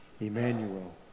Emmanuel